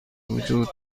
وجود